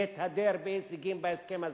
להתהדר בהישגים בהסכם הזה.